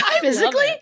Physically